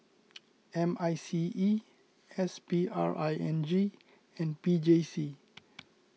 M I C E S P R I N G and P J C